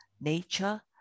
nature